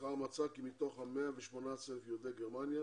המחקר מצא כי מתוך ה-118,000 יהודי גרמניה